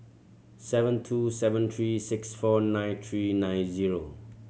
seven two seven three six four nine three nine zero